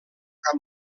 cap